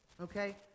okay